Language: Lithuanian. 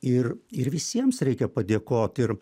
ir ir visiems reikia padėkot ir